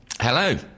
Hello